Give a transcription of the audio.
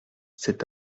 cet